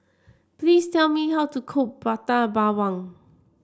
please tell me how to cook Prata Bawang